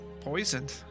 poisoned